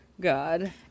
god